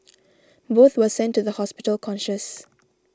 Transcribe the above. both were sent to the hospital conscious